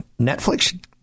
Netflix